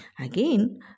Again